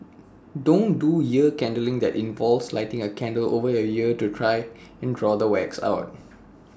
don't do ear candling that involves lighting A candle over your ear to try and draw the wax out